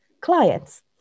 clients